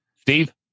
Steve